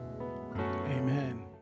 Amen